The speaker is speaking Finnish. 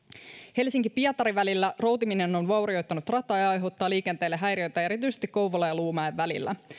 helsinki pietari välillä routiminen on vaurioittanut rataa ja aiheuttaa liikenteelle häiriöitä erityisesti kouvolan ja luumäen välillä